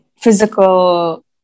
physical